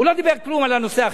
הוא לא דיבר כלום על הנושא החברתי.